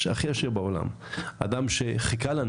אדם שחיכה לנו